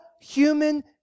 human